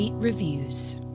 Reviews